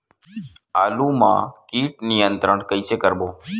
आलू मा कीट नियंत्रण कइसे करबो?